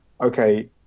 okay